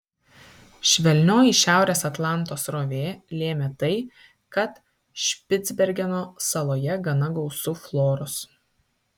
švelnioji šiaurės atlanto srovė lėmė tai kad špicbergeno saloje gana gausu floros